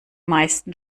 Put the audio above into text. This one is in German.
meisten